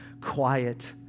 quiet